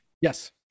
Yes